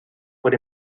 por